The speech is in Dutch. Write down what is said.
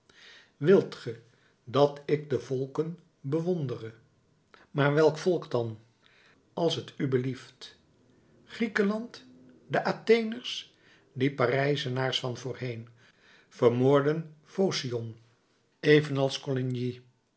wilt ge dat ik de volken bewondere maar welk volk dan als t u belieft griekenland de atheners die parijzenaars van voorheen vermoordden phocion evenals